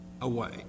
away